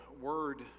word